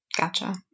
Gotcha